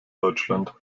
deutschland